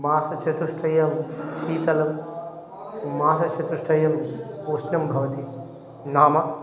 मासचतुष्टयं शीतलं मासचतुष्टयम् उष्णं भवति नाम